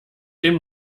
den